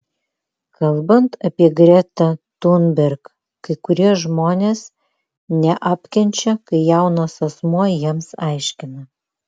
kalbant apie gretą thunberg kai kurie žmonės neapkenčia kai jaunas asmuo jiems aiškina